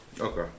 Okay